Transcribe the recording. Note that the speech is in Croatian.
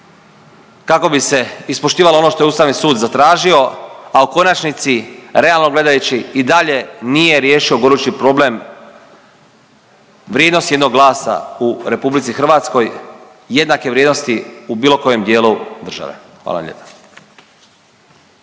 kako bi se ispoštivalo ono što je Ustavni sud zatražio, a u konačnici realno gledajući i dalje nije riješio gorući problem vrijednosti jednog glasa u Republici Hrvatskoj, jednake vrijednosti u bilo kojem dijelu države. Hvala lijepa.